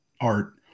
art